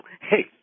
hey